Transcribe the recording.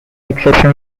exception